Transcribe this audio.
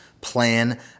plan